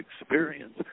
experience